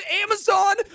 Amazon